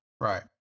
Right